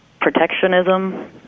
protectionism